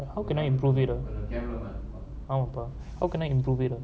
how can I improve it uh how can I improve it uh